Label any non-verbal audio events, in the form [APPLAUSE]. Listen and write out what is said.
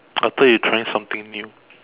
[NOISE] I thought you trying something new